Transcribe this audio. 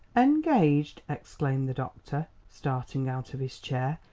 engaged? exclaimed the doctor, starting out of his chair.